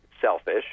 selfish